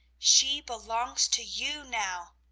she belongs to you now!